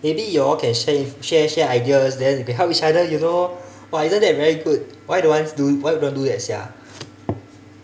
maybe you all can share inf~ share share ideas then you can help each other you know !wah! isn't that very good why don't want do why don't want to do that sia